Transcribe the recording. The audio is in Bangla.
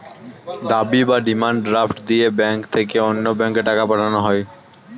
দাবি বা ডিমান্ড ড্রাফট দিয়ে ব্যাংক থেকে অন্য ব্যাংকে টাকা পাঠানো হয়